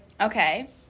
Okay